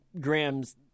Graham's